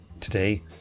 Today